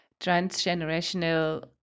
transgenerational